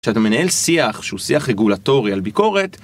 כשאתה מנהל שיח שהוא שיח רגולטורי על ביקורת